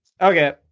Okay